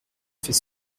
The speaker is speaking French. fait